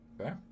Okay